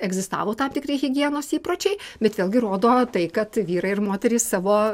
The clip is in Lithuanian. egzistavo tam tikri higienos įpročiai bet vėlgi rodo tai kad vyrai ir moterys savo